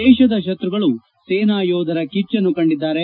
ದೇಶದ ಶತ್ಯಗಳು ಸೇನಾಯೋಧರ ಕಿಚ್ಲನ್ನು ಕಂಡಿದ್ದಾರೆ